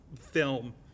film